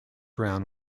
round